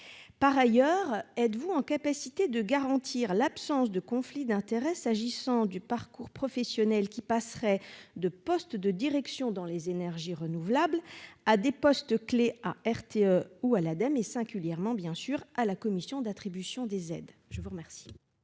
Par ailleurs, êtes-vous à même de garantir l'absence de conflit d'intérêts s'agissant de parcours professionnels qui passeraient de postes de direction dans le secteur des énergies renouvelables à des postes clefs à RTE ou à l'Ademe et singulièrement, bien sûr, à la commission d'attribution des aides ? La parole